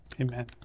Amen